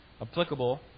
applicable